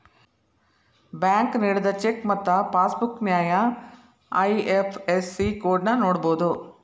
bank ನೇಡಿದ cheque ಮತ್ತ passbook ನ್ಯಾಯ ಐ.ಎಫ್.ಎಸ್.ಸಿ ಕೋಡ್ನ ನೋಡಬೋದು